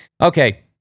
Okay